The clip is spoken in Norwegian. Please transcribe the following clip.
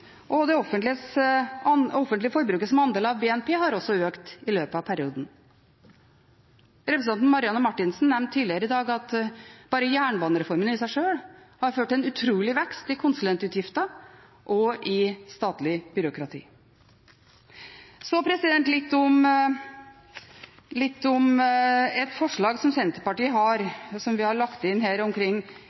Det offentlige forbruket som andel av BNP har også økt i løpet av perioden. Representanten Marianne Marthinsen nevnte tidligere i dag at bare jernbanereformen i seg sjøl har ført til en utrolig vekst i konsulentutgifter og i statlig byråkrati. Så litt om et forslag som Senterpartiet har – og som vi har omdelt her